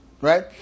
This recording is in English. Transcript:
Right